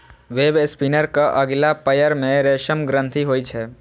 वेबस्पिनरक अगिला पयर मे रेशम ग्रंथि होइ छै